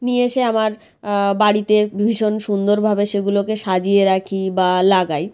নিয়ে এসে আমার বাড়িতে ভীষণ সুন্দরভাবে সেগুলোকে সাজিয়ে রাখি বা লাগাই